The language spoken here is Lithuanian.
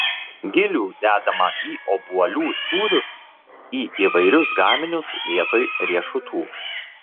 gilių dedama į obuolių sūrius į įvairius gaminius vietoj riešutų